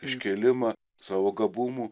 iškėlimą savo gabumų